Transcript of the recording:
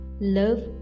love